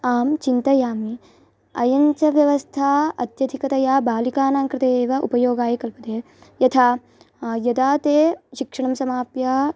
आं चिन्तयामि अयं च व्यवस्था अत्यधिकतया बालिकानां कृते एव उपयोगाय कल्पते यथा यदा ताः शिक्षणं समाप्य